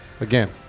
again